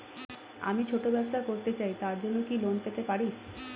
আমি ছোট ব্যবসা করতে চাই তার জন্য কি লোন পেতে পারি?